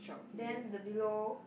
then the below